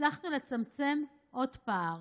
שהצלחנו לצמצם עוד פער.